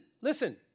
listen